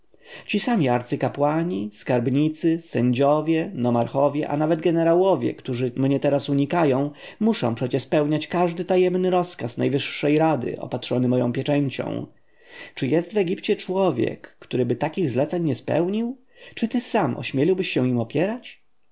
ci sami arcykapłani skarbnicy sędziowie nomarchowie a nawet jenerałowie którzy mnie teraz unikają muszą przecie spełniać każdy tajemny rozkaz najwyższej rady opatrzony moją pieczęcią czy jest w egipcie człowiek któryby takich zleceń nie spełnił czy ty sam ośmieliłbyś się im opierać